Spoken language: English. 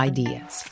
Ideas